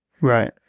Right